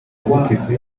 nzitizi